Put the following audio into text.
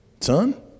Son